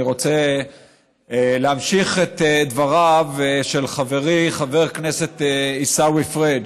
אני רוצה להמשיך את דבריו של חברי חבר הכנסת עיסאווי פריג'.